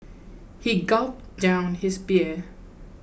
he gulped down his beer